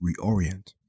reorient